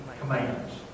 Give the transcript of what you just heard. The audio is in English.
commands